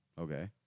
okay